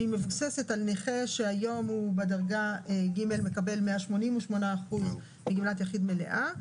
שמבוססת על נכה שהיום בדרגה ג' מקבל 188% מגמלת יחיד מלאה,